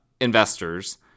investors